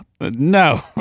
No